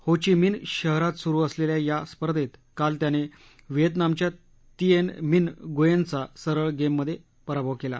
हो Chi Minh शहरात सुरू असलेल्या या स्पघेंत काल त्याने व्हिएतनामच्या तिएन मिन्ह गुएनचा सरळ गेममधे पराभव केला